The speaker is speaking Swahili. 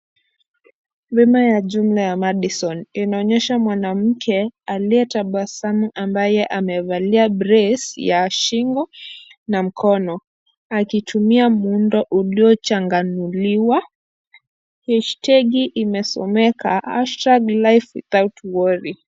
Bima ya jumla ya Madison inaonyesha mwanamke aliyetabasamu ambaye amevalia brace ya shingo na mkono akitumia muundo uliochanganuliwa, heshtegi imesomeka #life without worry .